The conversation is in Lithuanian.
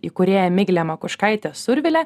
įkūrėja miglė makuškaitė survilė